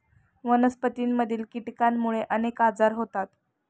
वनस्पतींमधील कीटकांमुळे अनेक आजार होतात